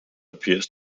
appears